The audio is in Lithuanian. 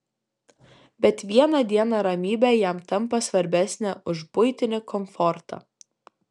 bet vieną dieną ramybė jam tampa svarbesnė už buitinį komfortą